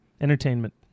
entertainment